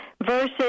Versus